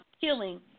killing